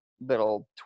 little